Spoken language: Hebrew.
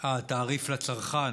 התעריף לצרכן